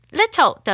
little